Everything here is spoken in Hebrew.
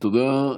תודה.